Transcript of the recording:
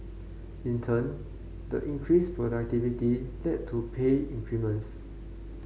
in turn the increased productivity led to pay increments